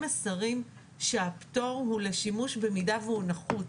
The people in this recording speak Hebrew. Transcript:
מסרים שהפטור הוא לשימוש במידה שהוא נחוץ,